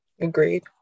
Agreed